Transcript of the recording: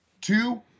two